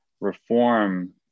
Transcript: reform